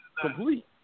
complete